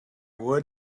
would